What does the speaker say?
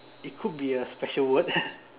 it could be a special word